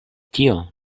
tio